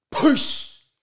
peace